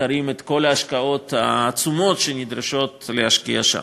תרים את כל ההשקעות העצומות שנדרש להשקיע שם.